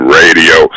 radio